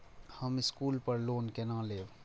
हम स्कूल पर लोन केना लैब?